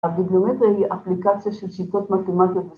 ‫הביבליומטריה היא אפליקציה ‫של שיטות מתמטיות.